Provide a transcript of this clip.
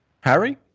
Harry